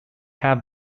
have